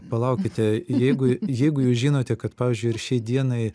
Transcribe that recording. palaukite jeigu jeigu jūs žinote kad pavyzdžiui ir šiai dienai